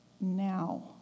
now